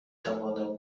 توانم